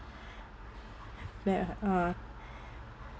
that uh